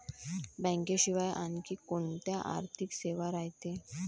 बँकेशिवाय आनखी कोंत्या आर्थिक सेवा रायते?